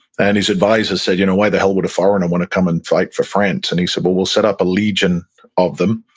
and his advisors said, you know why the hell would a foreigner want to come and fight for france? and he said, well, we'll set up a legion of them,